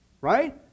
right